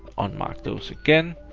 unmark those again.